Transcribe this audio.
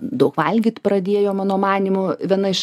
daug valgyt pradėjo mano manymu viena iš